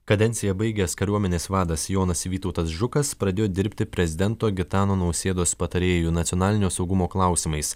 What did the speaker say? kadenciją baigęs kariuomenės vadas jonas vytautas žukas pradėjo dirbti prezidento gitano nausėdos patarėju nacionalinio saugumo klausimais